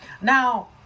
Now